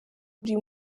buri